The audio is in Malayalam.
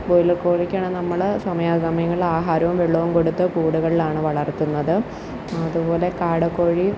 ബോയിലർ കോഴിക്കാണ് നമ്മൾ സമയാ സമയങ്ങളിൽ ആഹാരവും വെള്ളവും കൊടുത്തു കൂടുകളിലാണ് വളർത്തുന്നത് അതുപോലെ കാടക്കോഴി